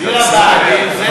עיר הבה"דים זה,